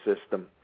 system